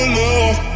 love